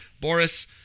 Boris